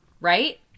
right